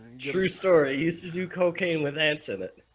true story used to do cocaine with answer that